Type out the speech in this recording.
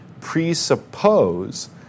presuppose